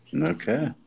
Okay